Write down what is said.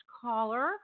caller